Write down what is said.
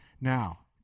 Now